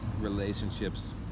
relationships